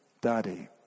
daddy